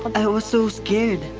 i was so scared.